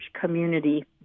community